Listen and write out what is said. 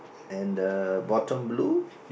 and the bottom blue